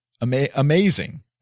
Amazing